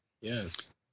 Yes